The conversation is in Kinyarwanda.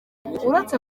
uretse